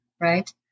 right